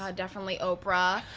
ah definitely oprah.